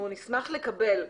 אנחנו נשמח לקבל,